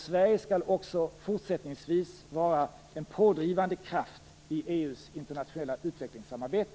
Sverige skall också fortsättningsvis vara en pådrivande kraft i EU:s internationella utvecklingssamarbete.